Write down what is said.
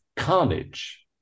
Carnage